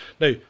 Now